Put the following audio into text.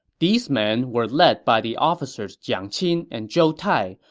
these men were led by the officers jiang qin and zhou tai,